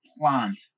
plant